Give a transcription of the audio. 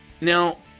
Now